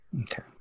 Okay